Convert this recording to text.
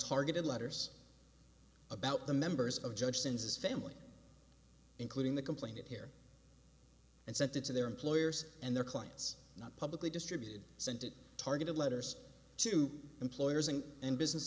targeted letters about the members of judge since his family including the complainant here and sent it to their employers and their clients not publicly distributed scented targeted letters to employers and and business